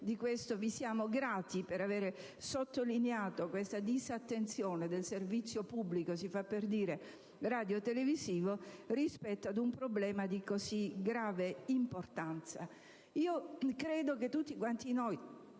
Vi siamo quindi grati per aver sottolineato la disattenzione del servizio pubblico - si fa per dire - radiotelevisivo rispetto ad un problema di così grave importanza. Io credo che tutti noi